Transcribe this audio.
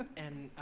and